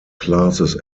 classes